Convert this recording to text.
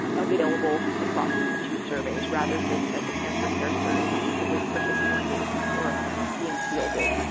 available across these two surveys. rather just that the cancer care survey would need to wait for fifty one days before being fielded.